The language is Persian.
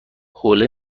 حوله